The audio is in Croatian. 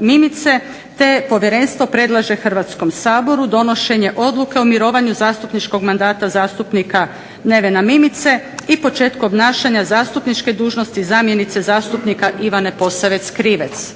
Mimice te povjerenstvo predlaže Hrvatskom saboru donošenje Odluke o mirovanju zastupničkog mandata zastupnika Nevena Mimice i početku obnašanja zastupničke dužnosti zamjenice zastupnika Ivane Posavec Krivec.